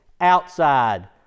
outside